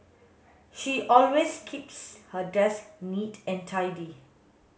she always keeps her desk neat and tidy